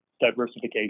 diversification